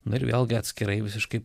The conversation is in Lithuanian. na ir vėlgi atskirai visiškai